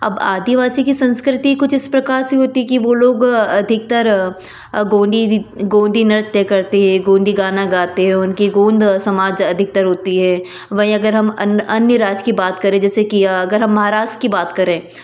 अब आदिवासी की संस्कृति कुछ इस प्रकार से होती कि वो लोग अधिकतर गोंदी गोंदी नृत्य करते है गोंदी गाना गाते हैं उनकी गोंद समाज अधिकतर होती है वहीं अगर हम अन्य राज्य की बात करें जैसे कि अगर हम महाराष्ट्र की बात करें